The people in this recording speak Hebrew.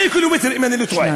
2 קילומטרים, אם אני לא טועה.